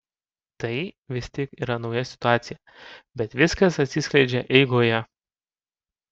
tai vis tik yra nauja situacija bet viskas atsiskleidžia eigoje